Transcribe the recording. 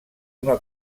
una